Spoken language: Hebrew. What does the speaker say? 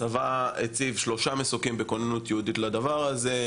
הצבא הציב שלושה מסוקים בכוננות ייעודית לדבר הזה,